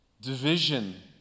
Division